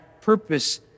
purpose